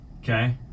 Okay